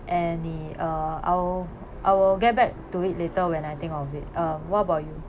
any uh I'll I'll get back to it later when I think of it uh what about you